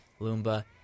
Lumba